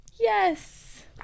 yes